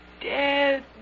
Dead